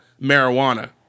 marijuana